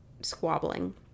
squabbling